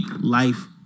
life